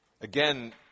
again